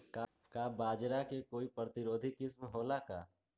का बाजरा के कोई प्रतिरोधी किस्म हो ला का?